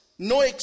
No